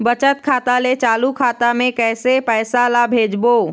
बचत खाता ले चालू खाता मे कैसे पैसा ला भेजबो?